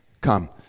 Come